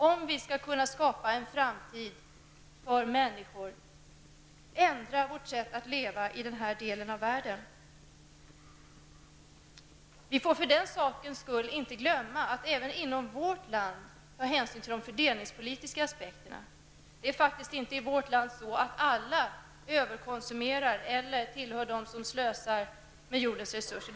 Om vi skall kunna skapa en framtid för människor är det helt uppenbart att vi i denna del av världen måste ändra vårt sätt att leva. Vi får för den sakens skull inte glömma att även inom vårt land ta hänsyn till de fördelningspolitiska aspekterna. Det är faktiskt inte alla i vårt land som överkonsumerar eller tillhör dem som slösar med jordens resurser.